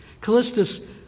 Callistus